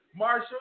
Marsha